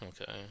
Okay